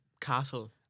castle